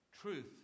truth